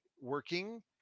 working